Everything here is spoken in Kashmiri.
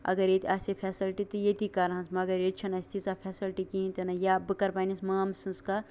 اَگر ییٚتہِ آسہِ ہے فیسَلٹی تہٕ ییٚتی کرہانَس مَگر ییٚتہِ چھےٚ نہٕ اَسہِ تیٖژھاہ فیسلٹی کِہیٖنٛۍ تہِ نہٕ یا بہٕ کرٕ پَنٕنِس مامہٕ سٕنٛز کَتھ